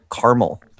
caramel